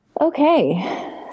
Okay